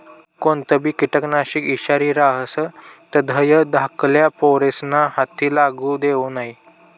कोणतंबी किटकनाशक ईषारी रहास तधय धाकल्ला पोरेस्ना हाते लागू देवो नै